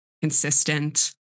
consistent